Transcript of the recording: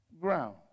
ground